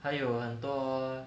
还有很多